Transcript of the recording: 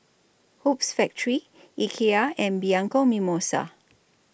Hoops Factory Ikea and Bianco Mimosa